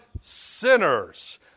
sinners